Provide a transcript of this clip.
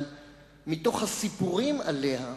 אבל מתוך הסיפורים עליה,